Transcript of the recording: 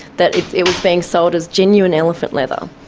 that it was being sold as genuine elephant leather.